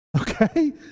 Okay